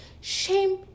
Shame